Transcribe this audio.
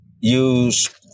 use